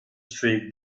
streak